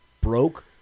broke